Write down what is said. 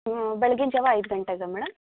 ಹ್ಞೂ ಬೆಳ್ಗಿನ ಜಾವ ಐದು ಗಂಟೆಗಾ ಮೇಡಮ್